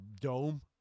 dome